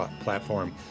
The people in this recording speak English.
platform